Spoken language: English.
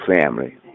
family